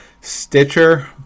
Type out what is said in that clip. Stitcher